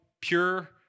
pure